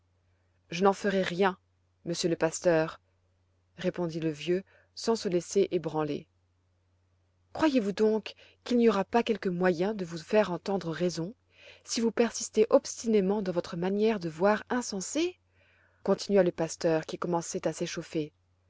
je n'en ferai rien monsieur le pasteur répondit le vieux sans se laisser ébranler croyez-vous donc qu'il n'y aura pas quelque moyen de vous faire entendre raison si vous persistez obstinément dans votre manière de voir insensée continua le pasteur qui commençait à s'échauffer